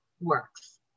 works